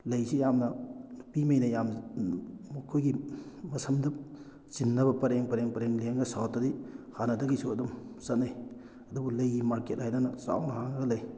ꯂꯩꯁꯤ ꯌꯥꯝꯅ ꯅꯨꯄꯤꯉꯩꯅ ꯌꯥꯝꯅ ꯃꯈꯣꯏꯒꯤ ꯃꯁꯝꯗ ꯆꯤꯟꯅꯕ ꯄꯔꯦꯡ ꯄꯔꯦꯡ ꯄꯔꯦꯡ ꯂꯦꯡꯉꯒ ꯁꯥꯎꯠꯇꯗꯤ ꯍꯥꯟꯅꯗꯒꯤꯁꯨ ꯑꯗꯨꯝ ꯆꯠꯅꯩ ꯑꯗꯨꯕꯨ ꯂꯩꯒꯤ ꯃꯥꯔꯀꯦꯠ ꯍꯥꯏꯗꯅ ꯆꯥꯎꯅ ꯍꯥꯡꯉꯒ ꯂꯩ